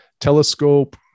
telescope